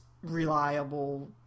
reliable